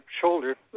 shoulder